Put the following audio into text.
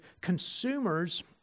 consumers